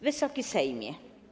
Wysoki Sejmie!